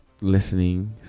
listening